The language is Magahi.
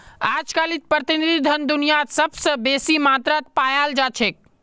अजकालित प्रतिनिधि धन दुनियात सबस बेसी मात्रात पायाल जा छेक